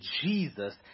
Jesus